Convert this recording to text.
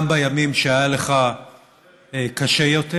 גם בימים שהיה לך קשה יותר,